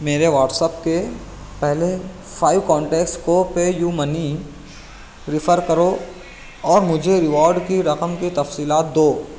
میرے واٹسپ کے پہلے فائیو کانٹیکٹس کو پے یو منی ریفر کرو اور مجھے ریوارڈ کی رقم کی تفصیلات دو